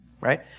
Right